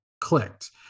clicked